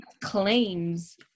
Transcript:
claims